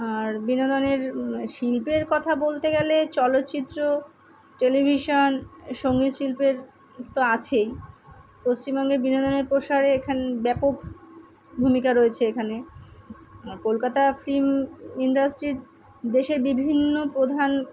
আর বিনোদনের শিল্পের কথা বলতে গেলে চলচ্চিত্র টেলিভিশন সঙ্গীত শিল্পের তো আছেই পশ্চিমবঙ্গের বিনোদনের প্রসারে এখানে ব্যাপক ভূমিকা রয়েছে এখানে আর কলকাতা ফিল্ম ইণ্ডাস্ট্রি দেশের বিভিন্ন প্রধান